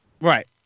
Right